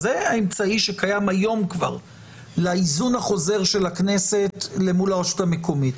אז זה האמצעי שקיים היום כבר להיזון החוזר של הכנסת למול הרשות המקומית.